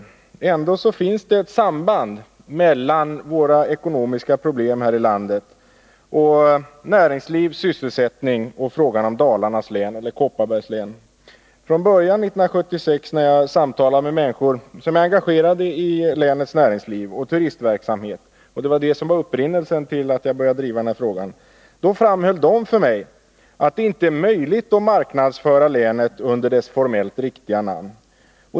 Men det finns ett samband mellan våra ekonomiska problem i näringsliv och sysselsättning och namnfrågan Dalarnas län eller Kopparbergs län. Upprinnelsen till att jag började driva frågan var samtal som jag hade i början av 1976 med människor som var engagerade i länets näringsliv och turistverksamhet. De framhöll för mig att det inte är möjligt att marknadsföra länet under dess formellt riktiga namn.